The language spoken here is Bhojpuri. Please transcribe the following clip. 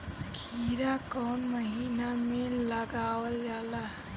खीरा कौन महीना में लगावल जाला?